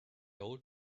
old